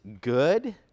good